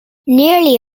nearly